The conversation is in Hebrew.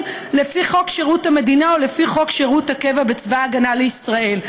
לפי חוק שירות המדינה ולפי חוק שירות הקבע בצבא הגנה לישראל.